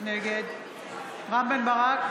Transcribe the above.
נגד רם בן ברק,